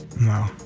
No